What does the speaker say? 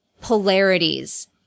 polarities